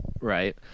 Right